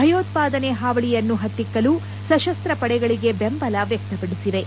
ಭಯೋತ್ಪಾದನೆ ಹಾವಳಿಯನ್ನು ಹತ್ತಿಕ್ಕಲು ಸಶಸ್ತ ಪಡೆಗಳಿಗೆ ಬೆಂಬಲ ವ್ಯಕ್ತಪಡಿಸಿವೆ